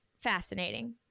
fascinating